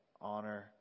honor